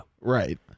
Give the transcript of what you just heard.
Right